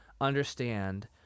understand